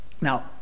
Now